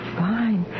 fine